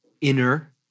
inner